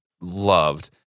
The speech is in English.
loved